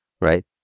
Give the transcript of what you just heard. Right